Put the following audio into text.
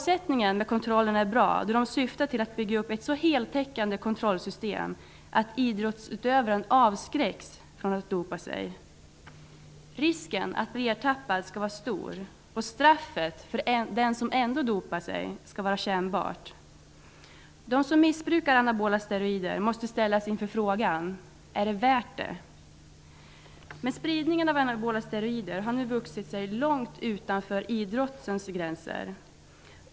Syftet med kontrollerna är gott, då dessa syftar till att bygga upp ett så heltäckande kontrollsystem att idrottsutövaren avskräcks från att dopa sig. Risken att blir ertappad skall vara stor, och straffet för den som ändå dopar sig skall vara kännbart. De som missbrukar anabola steroider måste ställas inför frågan: Är det värt riskerna? Men spridningen av anabola steroider har nu vuxit långt utanför idrottens gränser.